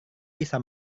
bisa